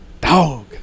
Dog